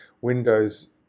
windows